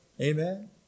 Amen